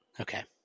Okay